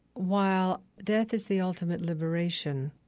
while death is the ultimate liberation,